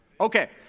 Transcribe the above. Okay